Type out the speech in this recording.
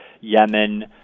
Yemen